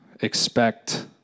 Expect